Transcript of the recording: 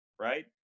right